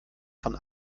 von